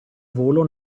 volo